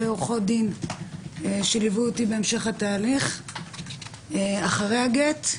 עורכות דין שליוו אותי בהמשך התהליך אחרי הגט,